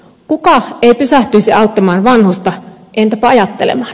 kuka ei pysähtyisi auttamaan vanhusta entäpä ajattelemaan